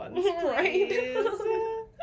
right